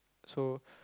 so